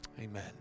Amen